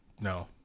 No